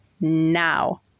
now